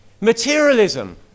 Materialism